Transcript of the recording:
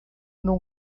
não